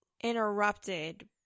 interrupted